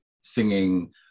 singing